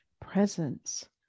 presence